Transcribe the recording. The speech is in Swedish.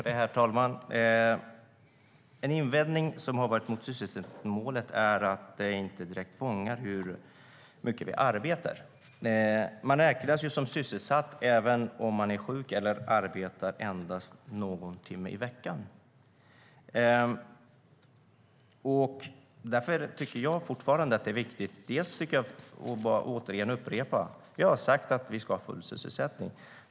Herr talman! En invändning mot sysselsättningsmålet är att det inte direkt fångar hur mycket vi arbetar. Man räknas som sysselsatt även om man är sjuk eller arbetar endast någon timme i veckan. Jag tycker fortfarande att det är viktigt, och vill upprepa, att vi har sagt att vi ska ha full sysselsättning.